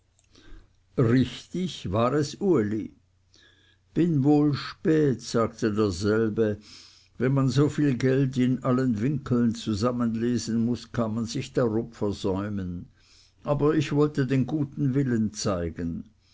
richtig war es uli bin wohl spät sagte derselbe wenn man so viel geld in allen winkeln zusammenlesen muß kann man sich darob versäumen aber ich wollte den guten willen zeigen